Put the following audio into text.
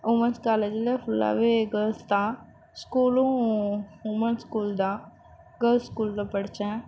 women's காலேஜில் ஃபுல்லாகவே girls தான் ஸ்கூலும் உமன்ஸ் ஸ்கூல் தான் கேர்ள்ஸ் ஸ்கூலில் படித்தேன்